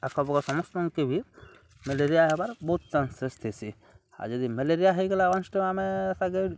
ଆଖପାଖ ସମସ୍ତଙ୍କେ ବି ମେଲେରିଆ ହେବାର୍ ବହୁତ ଚାନ୍ସେସ୍ ଥିସି ଆଉ ଯଦି ମେଲେରିଆ ହେଇଗଲା ୱାନ୍ସ ତ ଆମେ ତା'କେ